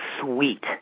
sweet